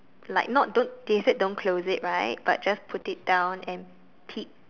like not don't they say don't close it right but just put it down and peep